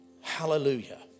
Hallelujah